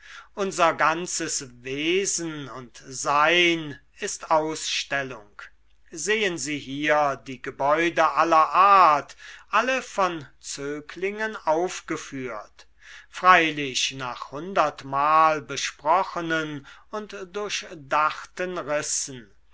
unser ganzes wesen und sein ist ausstellung sehen sie hier die gebäude aller art alle von zöglingen aufgeführt freilich nach hundertmal besprochenen und durchdachten rissen